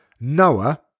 Noah